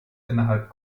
innerhalb